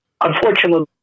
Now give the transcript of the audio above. Unfortunately